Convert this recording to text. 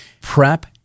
prep